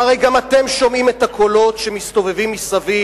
והרי גם אתם שומעים את הקולות שמסתובבים מסביב,